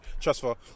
Trustful